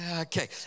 Okay